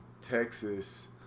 Texas